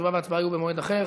תשובה והצבעה יהיו במועד אחר.